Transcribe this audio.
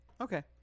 okay